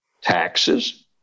taxes